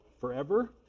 forever